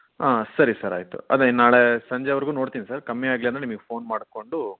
ಹಾಂ ಸರಿ ಸರ್ ಆಯಿತು ಅದೇ ನಾಳೆ ಸಂಜೆವರೆಗೂ ನೋಡ್ತೀನಿ ಸರ್ ಕಮ್ಮಿ ಆಗ್ಲಿಲ್ಲ ಅಂದರೆ ನಿಮಗೆ ಫೋನ್ ಮಾಡ್ಕೊಂಡು